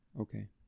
okay